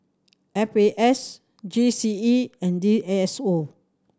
F A S G C E and D S O